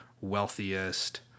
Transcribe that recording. wealthiest